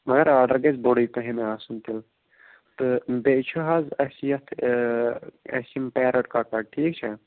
مگر آرڈر گژھِ بوٚڈُے پَہِم آسُن تیٚلہِ تہٕ بیٚیہِ چھُ حظ اَسہِ یَتھ اَسہِ یِم پیرٕنٛٹ کۄکر ٹھیٖک چھا